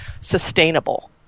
sustainable